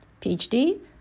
PhD